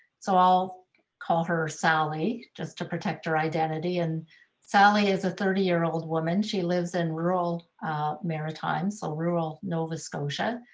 so i'll call her sally just to protect her identity. and sally is a thirty year old woman. she lives in rural maritime, so rural nova scotia,